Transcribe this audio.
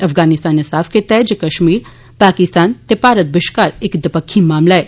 अफगानिस्तान नै साफ कीता ऐ जे कश्मीर पाकिस्तान ते भारत बश्कार इक दबक्खी मामला ऐ